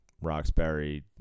Roxbury